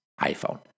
iPhone